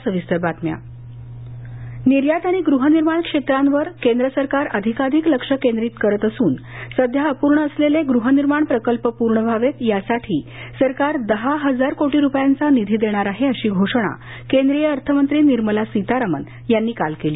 सीतारामन निर्यात आणि गृहनिर्माण क्षेत्रांवर केंद्र सरकार अधिकाधिक लक्ष केंद्रित करत असून सध्या अपूर्ण असलेले गृहनिर्माण प्रकल्प पूर्ण व्हावेत यासाठी सरकार दहा हजार कोटी रुपयांचा निधी देणार आहे अशी घोषणा केंद्रीय अर्थमंत्री निर्मला सीतारमण यांनी काल केली